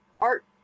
art